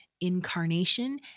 incarnation